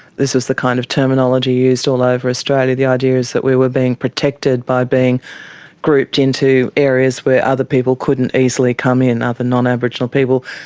this is the kind of terminology used all over australia. the idea is that we were being protected by being grouped into areas where other people couldn't easily come in, other non-aboriginal people.